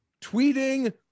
tweeting